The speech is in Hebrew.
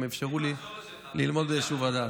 הם אפשרו לי ללמוד ביישוב הדעת.